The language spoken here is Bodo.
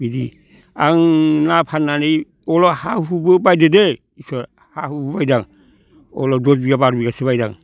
बिदि आं ना फाननानै बले हा हुबो बायदो दे इसोर हा हुबो बायदां अलब दसबिगा बार'बिगासो बायदां